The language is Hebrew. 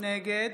נגד